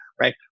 right